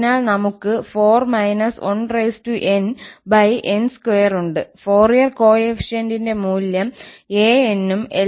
അതിനാൽ നമ്മൾ ക്ക് 4−1nn2 ഉണ്ട് ഫൊറിയർ കോഎഫിഷ്യന്റിന്റെ മൂല്യം 𝑎n ഉം എല്ലാ 𝑏n′𝑠 ഉം 0 ആണ്